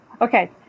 Okay